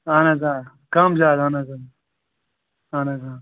اَہَن حظ آ کَم زیادٕ اَہَن حظ آ اَہَن حظ آ